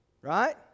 Right